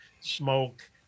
smoke